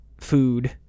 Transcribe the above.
Food